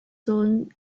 soon